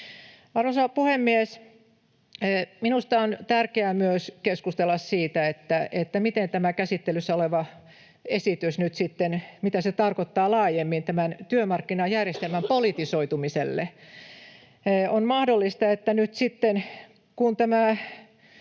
Arvoisa puhemies! Minusta on tärkeää myös keskustella siitä, mitä tämä käsittelyssä oleva esitys nyt sitten tarkoittaa laajemmin tämän työmarkkinajärjestelmän politisoitumiselle. On mahdollista, että nyt sitten, kun tämä